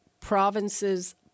province's